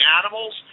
animals